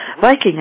Viking